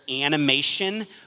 animation